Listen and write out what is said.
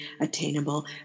attainable